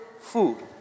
food